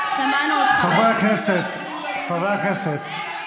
חברי הכנסת, חברי הכנסת.